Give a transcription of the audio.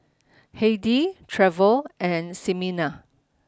Heidy Trevor and Ximena